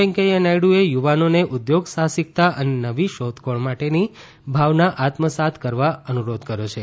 વેંકૈયા નાયડુએ યુવાનોને ઉદ્યોગ સાહસિકતા અને નવી શોધખોળ માટેની ભાવના આત્મસાત કરવા અનુરોધ કર્યો છે